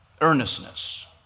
earnestness